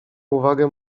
uwagę